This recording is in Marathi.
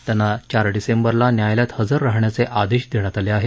त्यांना चार डिसेंबरला न्यायालयात हजर राहण्याचे आदेश देण्यात आले आहेत